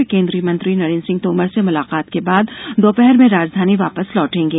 वे केन्द्रीय मंत्री नरेन्द्र सिंह तोमर से मुलाकात के बाद दोपहर में राजधानी वापस लौटेंगे